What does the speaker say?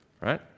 right